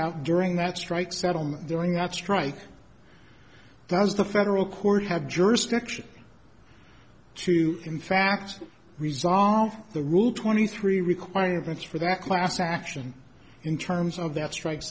lockout during that strike settlement during that strike does the federal court have jurisdiction to in fact resolve the rule twenty three requirements for that class action in terms of that strike